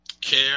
care